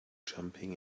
jumping